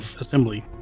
assembly